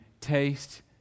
taste